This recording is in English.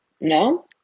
No